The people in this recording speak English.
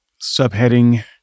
subheading